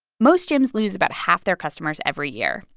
most gyms lose about half their customers every year,